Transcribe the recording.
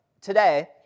today